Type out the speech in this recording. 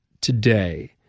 today